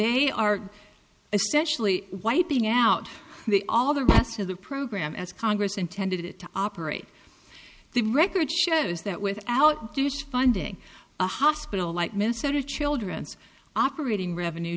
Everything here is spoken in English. they are essentially wiping out the all the rest of the program as congress intended it to operate the record shows that without douche funding a hospital like minnesota children's operating revenue